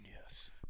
Yes